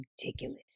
ridiculous